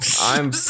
I'm-